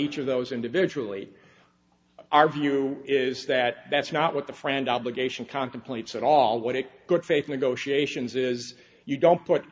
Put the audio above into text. each of those individually our view is that that's not what the friend obligation contemplates at all what a good faith negotiations is you don't put